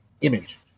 image